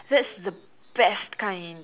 that's the best kind